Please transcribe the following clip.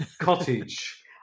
cottage